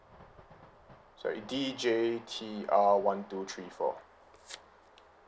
sorry D J T R one two three four